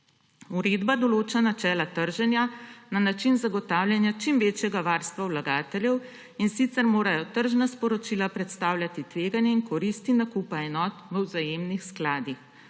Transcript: Uredba določa načela trženja na način zagotavljanja čim večjega varstva vlagateljev, in sicer morajo tržna sporočila predstavljati tveganje in koristi nakupa enot v vzajemnih skladih.